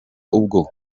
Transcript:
ubwo